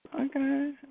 Okay